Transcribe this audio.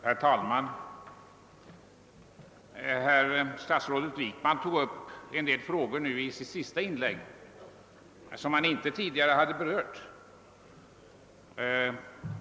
Herr talman! Statsrådet Wickman tog i sitt senaste inlägg upp en del frågor som han tidigare inte hade berört.